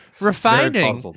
refining